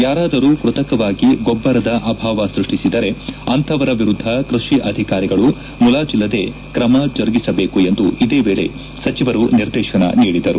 ಯಾರಾದರೂ ಕೃತಕವಾಗಿ ಗೊಬ್ಬರದ ಅಭಾವ ಸೃಷ್ಷಿಸಿದರೆ ಅಂತವರ ವಿರುದ್ದ ಕೃಷಿ ಅಧಿಕಾರಿಗಳು ಮುಲಾಜಲ್ಲದೆ ಕ್ರಮ ಜರುಗಿಸಬೇಕೆಂದು ಇದೇ ವೇಳೆ ಸಚಿವರು ನಿರ್ದೇತನ ನೀಡಿದರು